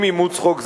עם אימוץ חוק זה,